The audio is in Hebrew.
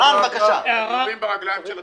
אנחנו יורים ברגליים של עצמנו.